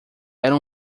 era